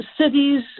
cities